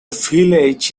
village